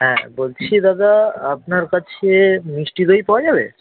হ্যাঁ বলছি দাদা আপনার কাছে মিষ্টি দই পাওয়া যাবে